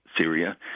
Syria